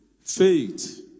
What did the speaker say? Faith